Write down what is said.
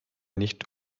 nicht